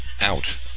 out